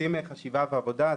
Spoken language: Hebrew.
עושים חשיבה ועבודה.